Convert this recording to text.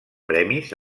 premis